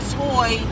toy